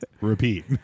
repeat